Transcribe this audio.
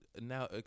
now